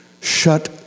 shut